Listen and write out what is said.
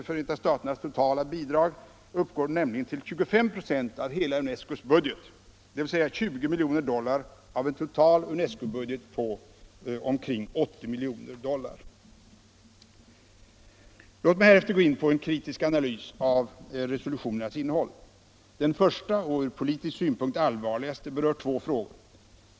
Förenta staternas totala bidrag uppgår nämligen till 25 96 av hela UNESCO:s budget, dvs. 20 milj. dollar av en total UNESCO-budget på omkring 80 milj. dollar. Låt mig härefter gå in på en kritisk analys av resolutionernas innehåll. Den första och ur politisk synpunkt allvarligaste berör två frågor.